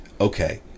Okay